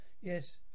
Yes